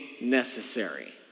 necessary